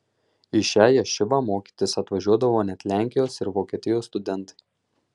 į šią ješivą mokytis atvažiuodavo net lenkijos ir vokietijos studentai